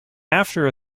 after